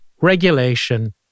regulation